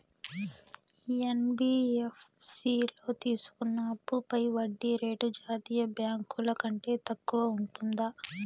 NBFC లో తీసుకున్న అప్పుపై వడ్డీ రేటు జాతీయ బ్యాంకు ల కంటే తక్కువ ఉంటుందా?